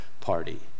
party